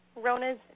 Rona's